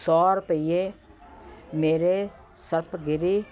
ਸੌ ਰੁਪਈਏ ਮੇਰੇ ਸਪਤਗਿਰੀ